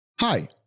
Hi